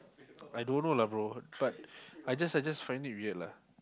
I don't know lah bro but I just I just find it weird lah